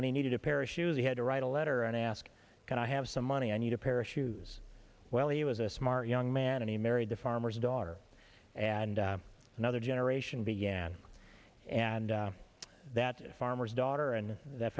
when he needed a pair of shoes he had to write a letter and ask can i have some money i need a pair of shoes well he was a smart young man and he married the farmer's daughter and another generation began and that farmer's daughter and that